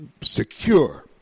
secure